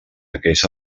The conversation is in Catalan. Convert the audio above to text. aquells